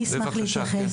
אני אשמח להתייחס.